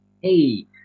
Hey